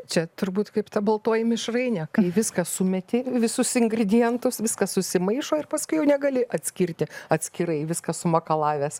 čia turbūt kaip ta baltoji mišrainė kai viską sumeti visus ingredientus viskas susimaišo ir paskui jau negali atskirti atskirai viską sumakalavęs